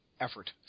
effort